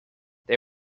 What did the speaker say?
they